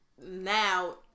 now